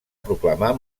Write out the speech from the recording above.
proclamar